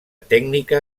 tècnica